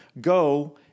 Go